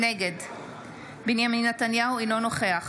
נגד בנימין נתניהו, אינו נוכח